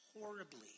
horribly